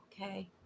okay